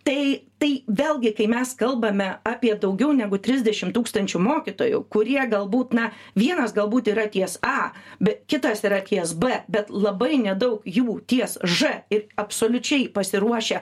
tai tai vėlgi kai mes kalbame apie daugiau negu trisdešim tūkstančių mokytojų kurie galbūt na vienas galbūt yra ties a kitas yra ties b bet labai nedaug jų ties ž ir absoliučiai pasiruošę